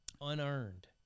Unearned